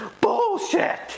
Bullshit